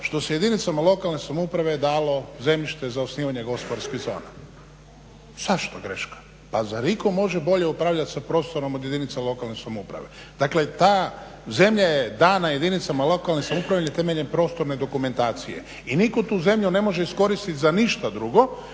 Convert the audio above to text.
što se jedinicama lokalne samouprave dalo zemljište za osnivanje gospodarskih zona. Zašto greška? Pa zar itko može bolje upravljati sa prostorom od jedinica lokalne samouprave? Dakle, ta zemlja je dana jedinicama lokalne samouprave temeljem prostorne dokumentacije. I nitko tu zemlju ne može iskoristiti za ništa drugo.